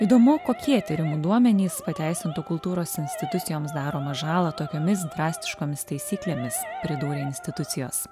įdomu kokie tyrimų duomenys pateisintų kultūros institucijoms daromą žalą tokiomis drastiškomis taisyklėmis pridūrė institucijos